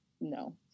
no